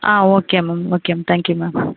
ah okay ma'am okay ma'am thank you ma'am